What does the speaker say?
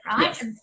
right